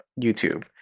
YouTube